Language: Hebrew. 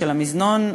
של המזנון,